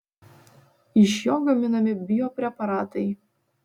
iš jo gaminami biopreparatai